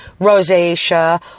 rosacea